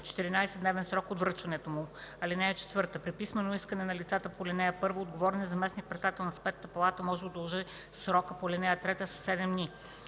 14-дневен срок от връчването му. (4) При писмено искане на лицата по ал. 1 отговорният заместник-председател на Сметната палата може да удължи срока по ал. 3 със 7 дни.